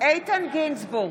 איתן גינזבורג,